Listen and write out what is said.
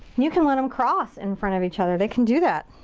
you can let them cross in front of each other. they can do that.